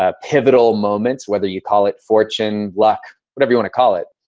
ah pivotal moments, whether you call it fortune, luck, whatever you want to call it,